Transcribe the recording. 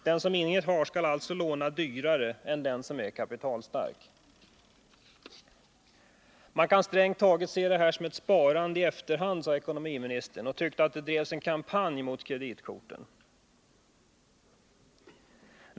Den som intet har skall alltså låna dyrare än den som är kapitalstark. Man kan strängt taget se det här som ett sparande i efterhand, sade ekonomiministern och tyckte att det drevs en kampanj mot kreditkorten.